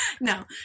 No